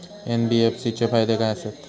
NBFC चे फायदे खाय आसत?